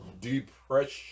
Depression